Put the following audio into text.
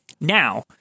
Now